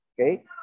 okay